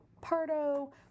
Pardo